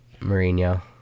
Mourinho